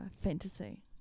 fantasy